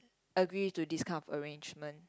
agree to this kind of arrangement